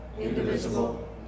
indivisible